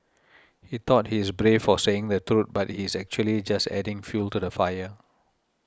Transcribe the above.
he thought he's brave for saying the truth but he's actually just adding fuel to the fire